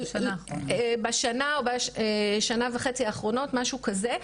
בשנה וחצי האחרונות, משהו כזה.